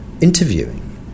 interviewing